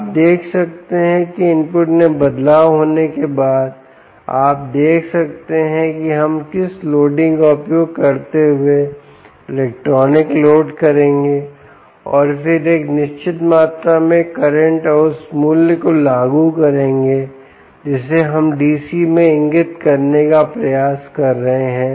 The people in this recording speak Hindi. आप देख सकते हैं कि इनपुट में बदलाव होने के बाद अब देखते हैं कि हम किस लोडिंग का उपयोग करते हुए इलेक्ट्रॉनिक लोड करेंगे और फिर एक निश्चित मात्रा में करंट और उस मूल्य को लागू करेंगे जिसे हम DC में इंगित करने का प्रयास कर रहे हैं